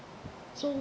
so